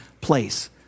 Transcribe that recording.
place